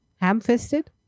ham-fisted